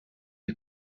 you